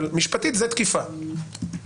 אבל משפטית זו תקיפה.